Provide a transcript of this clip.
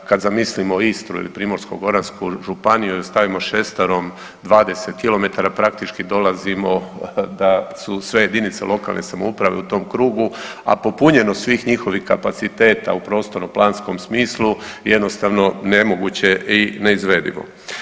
Kad zamislimo Istru ili Primorsko-goransku županiju ili stavimo šestarom 20 km praktički dolazimo da su sve jedinice lokalne samouprave u tom krugu, a popunjenost svih njihovih kapaciteta u prostorno planskom smislu jednostavno nemoguće i neizvedivo.